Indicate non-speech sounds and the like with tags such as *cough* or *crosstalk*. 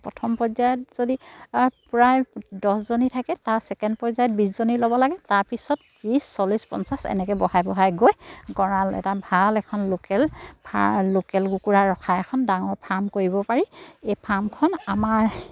প্ৰথম পৰ্যায়ত যদি *unintelligible* প্ৰায় দহজনী থাকে তাৰ ছেকেণ্ড পৰ্যায়ত বিছজনী ল'ব লাগে তাৰ পিছত ত্ৰিছ চল্লিছ পঞ্চাছ এনেকৈ বঢ়াই বঢ়াই গৈ গঁৰাল এটা ভাল এখন লোকেল লোকেল কুকুৰা ৰখা এখন ডাঙৰ ফাৰ্ম কৰিব পাৰি এই ফাৰ্মখন আমাৰ